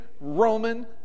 Roman